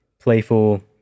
playful